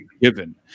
given